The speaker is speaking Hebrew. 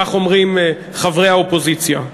כך אומרים חברי האופוזיציה.